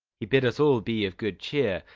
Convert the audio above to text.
he bid us all be of good cheer,